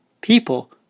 people